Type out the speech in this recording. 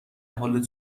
حال